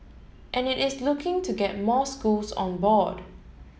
and it is looking to get more schools on board